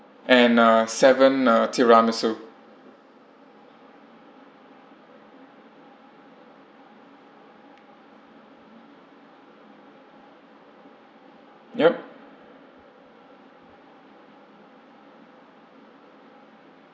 and uh seven uh tiramisu yup